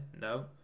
No